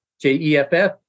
J-E-F-F